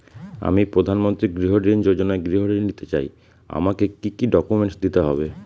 আমি প্রধানমন্ত্রী গৃহ ঋণ যোজনায় গৃহ ঋণ নিতে চাই আমাকে কি কি ডকুমেন্টস দিতে হবে?